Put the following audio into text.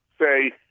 say